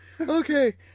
Okay